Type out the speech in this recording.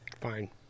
Fine